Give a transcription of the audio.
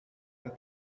pas